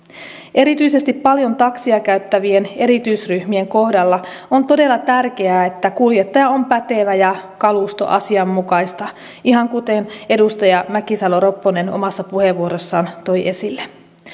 erityisesti paljon taksia käyttävien erityisryhmien kohdalla on todella tärkeää että kuljettaja on pätevä ja kalusto asianmukaista ihan kuten edustaja mäkisalo ropponen omassa puheenvuorossaan toi esille